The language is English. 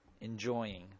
enjoying